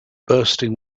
bursting